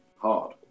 hard